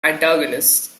antagonists